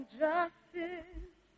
justice